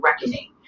reckoning